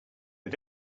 but